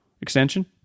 extension